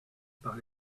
par